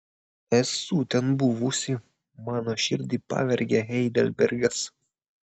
esu ten buvusi mano širdį pavergė heidelbergas